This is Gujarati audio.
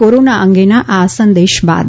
કોરોના અંગેના આ સંદેશ બાદ